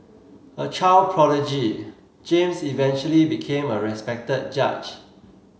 a child prodigy James eventually became a respected judge